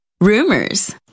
rumors